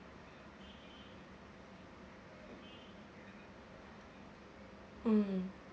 mm